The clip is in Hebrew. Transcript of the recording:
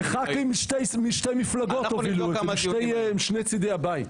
זה ח"כים משתי מפלגות הובילו את זה משני צידי הבית.